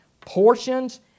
Portions